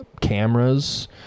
cameras